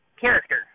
character